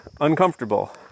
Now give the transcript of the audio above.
uncomfortable